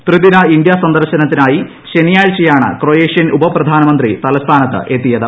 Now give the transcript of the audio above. ത്രിദിന ഇന്ത്യാ സന്ദർശനത്തിനായി ശനിയാഴ്ചയാണ് ക്രൊയേഷ്യൻ ഉപപ്രധാനമന്ത്രി തലസ്ഥാനത്തെത്തിയത്